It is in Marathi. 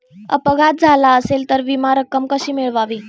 अपघात झाला असेल तर विमा रक्कम कशी मिळवावी?